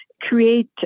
create